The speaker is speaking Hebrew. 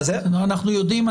אנחנו יודעים.